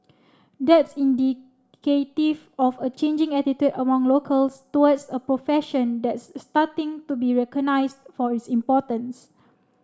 that's indicative of a changing attitude among locals towards a profession that's starting to be recognised for its importance